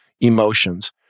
emotions